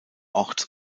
orts